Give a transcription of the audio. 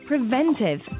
Preventive